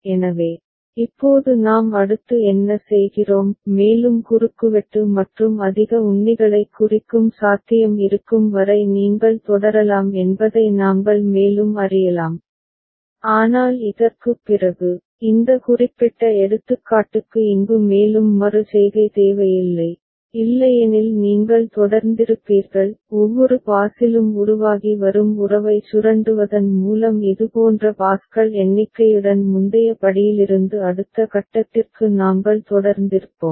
எனவே இப்போது நாம் அடுத்து என்ன செய்கிறோம் மேலும் குறுக்குவெட்டு மற்றும் அதிக உண்ணிகளைக் குறிக்கும் சாத்தியம் இருக்கும் வரை நீங்கள் தொடரலாம் என்பதை நாங்கள் மேலும் அறியலாம் ஆனால் இதற்குப் பிறகு இந்த குறிப்பிட்ட எடுத்துக்காட்டுக்கு இங்கு மேலும் மறு செய்கை தேவையில்லை இல்லையெனில் நீங்கள் தொடர்ந்திருப்பீர்கள் ஒவ்வொரு பாஸிலும் உருவாகி வரும் உறவை சுரண்டுவதன் மூலம் இதுபோன்ற பாஸ்கள் எண்ணிக்கையுடன் முந்தைய படியிலிருந்து அடுத்த கட்டத்திற்கு நாங்கள் தொடர்ந்திருப்போம்